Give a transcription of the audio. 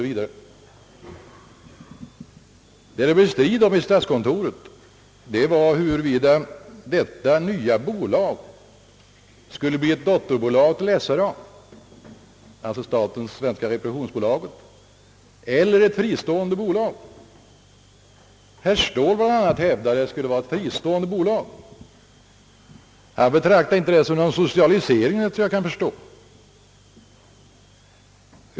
Vad det blev strid om i statskontoret var huruvida detta nya bolag skulle vara ett dotterbolag till Svenska reproduktions AB eller ett fristående bolag. Herr Ståhl hävdade att det skulle vara ett fristående bolag. Han betraktar inte detta som någon socialisering, efter vad jag kan förstå.